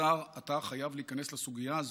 השר, אתה חייב להיכנס לסוגיה הזאת.